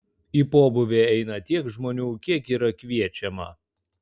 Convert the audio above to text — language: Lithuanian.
į pobūvį eina tiek žmonių kiek yra kviečiama